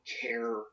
care